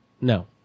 No